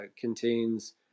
contains